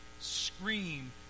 scream